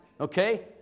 Okay